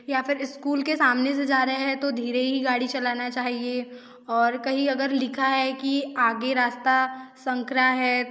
या फिर इस्कूल के सामने से जा रहे हैं तो धीरे ही गाड़ी चलाना चाहिए और कहीं अगर लिखा है कि आगे रास्ता संकरा है